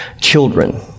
children